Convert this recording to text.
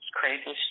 crazy